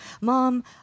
Mom